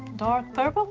dark purple